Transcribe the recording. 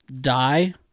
die